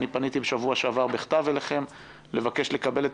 פניתי בשבוע שעבר בכתב אליכם לבקש לקבל את